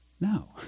No